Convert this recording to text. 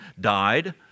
died